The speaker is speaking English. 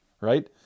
right